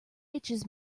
itches